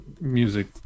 music